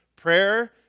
Prayer